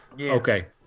Okay